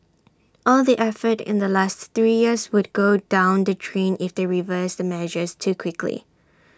all the effort in the last three years would go down the drain if they reverse the measures too quickly